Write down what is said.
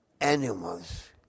animals